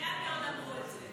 אתה יודע על מי עוד אמרו את זה?